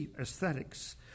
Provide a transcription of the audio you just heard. aesthetics